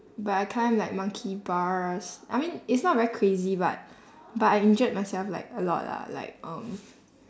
but I climbed like monkey bars I mean it's not very crazy but but I injured myself like a lot lah like um